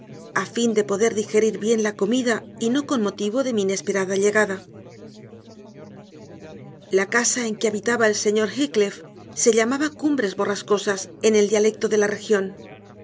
a fin de poder digerir bien la comida y no con motivo de mi inesperada llegada la casa en que habitaba el señor heathcliff se llamaba cumbres borrascosas en el dialecto de la región